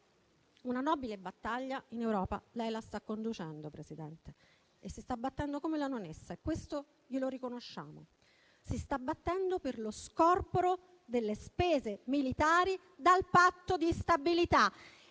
una nobile battaglia in Europa la sta conducendo, Presidente, e si sta battendo come una leonessa: questo glielo riconosciamo. Si sta battendo per lo scorporo delle spese militari dal Patto di stabilità